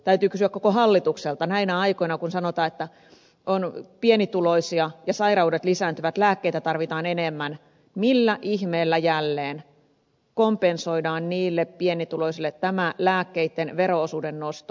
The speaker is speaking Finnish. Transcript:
täytyy kysyä koko hallitukselta näinä aikoina kun sanotaan että on pienituloisia ja sairaudet lisääntyvät lääkkeitä tarvitaan enemmän millä ihmeellä jälleen kompensoidaan niille pienituloisille tämä lääkkeitten vero osuuden nosto